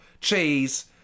cheese